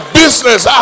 business